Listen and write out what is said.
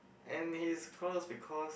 and he's close because